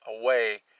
away